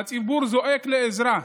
הציבור זועק לעזרה,